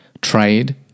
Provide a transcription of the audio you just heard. trade